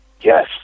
Yes